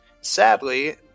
Sadly